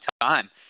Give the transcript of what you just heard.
time